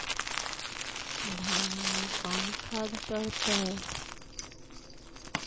धान मे कोन खाद पड़तै?